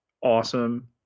awesome